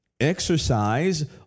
exercise